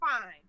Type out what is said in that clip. fine